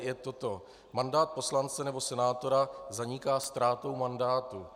g) je toto: Mandát poslance nebo senátora zaniká ztrátou mandátu.